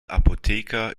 apotheker